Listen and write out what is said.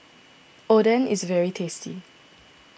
Oden is very tasty